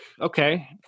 okay